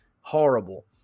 horrible